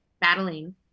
battling